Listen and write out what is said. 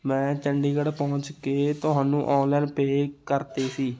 ਮੈਂ ਚੰਡੀਗੜ੍ਹ ਪਹੁੰਚ ਕੇ ਤੁਹਾਨੂੰ ਔਨਲਾਈਨ ਪੇ ਕਰਤੇ ਸੀ